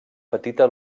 petita